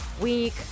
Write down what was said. week